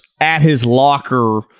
at-his-locker